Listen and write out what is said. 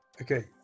okay